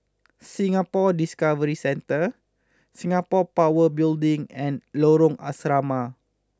Singapore Discovery Centre Singapore Power Building and Lorong Asrama